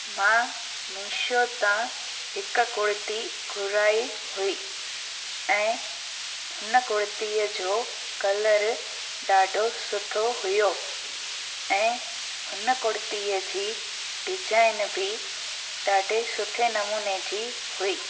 मां मीशो खां हिकु कुर्ती घुराई हुई ऐं हुन कुर्तीअ जो कलर ॾाढो सुठो हुओ ऐं हुन कुर्तीअ जी डिजाइन बि ॾाढे सुठे नमूने जी हुई